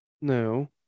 no